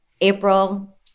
April